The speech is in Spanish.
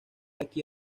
aquí